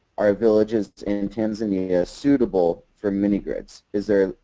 are villages in tanzania suitable for mini grids? is there,